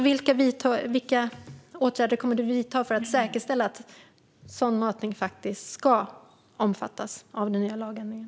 Vilka åtgärder kommer Pernilla Stålhammar alltså att vidta för att säkerställa att sondmatning faktiskt ska omfattas av den nya lagändringen?